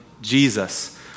Jesus